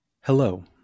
Hello